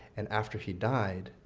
and after he died,